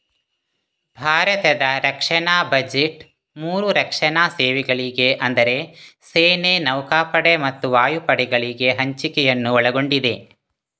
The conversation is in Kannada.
ಭಾರತದ ರಕ್ಷಣಾ ಬಜೆಟ್ ಮೂರು ರಕ್ಷಣಾ ಸೇವೆಗಳಿಗೆ ಅಂದರೆ ಸೇನೆ, ನೌಕಾಪಡೆ ಮತ್ತು ವಾಯುಪಡೆಗಳಿಗೆ ಹಂಚಿಕೆಯನ್ನು ಒಳಗೊಂಡಿದೆ